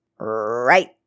Right